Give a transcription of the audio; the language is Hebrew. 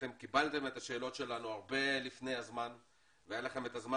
אתם קיבלתם את השאלות שלנו הרבה לפני הזמן והיה לכם את הזמן